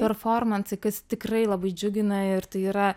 performansai kas tikrai labai džiugina ir tai yra